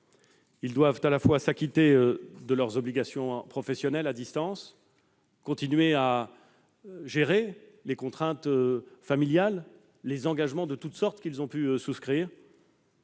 ils doivent à la fois s'acquitter de leurs obligations professionnelles, fût-ce à distance, continuer à gérer les contraintes familiales, les engagements de toutes sortes qu'ils ont pu souscrire,